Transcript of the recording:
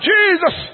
Jesus